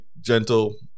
gentle